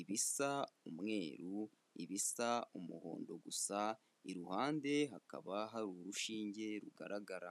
ibisa umweru, ibisa umuhondo gusa, iruhande hakaba hari urushinge rugaragara.